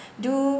do